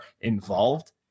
involved